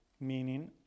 meaning